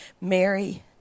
Mary